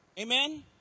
Amen